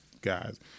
guys